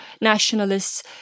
nationalists